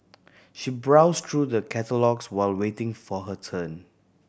she browsed through the catalogues while waiting for her turn